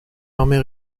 armée